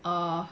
err